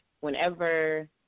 Whenever